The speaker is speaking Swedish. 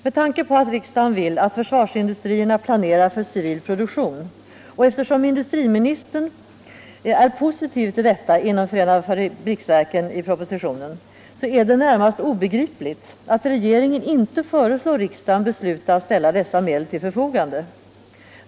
Med tanke på att riksdagen vill att försvarsindustrierna planerar för civil produktion och eftersom industriministern är positiv till detta inom FFV i propositionen, är det närmast obegripligt att regeringen inte föreslår riks dagen besluta att ställa dessa medel till förfogande.